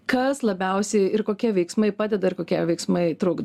kas labiausiai ir kokie veiksmai padeda ir kokie veiksmai trukdo